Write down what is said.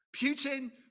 Putin